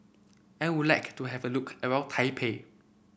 I would like to have a look around Taipei